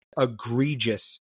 egregious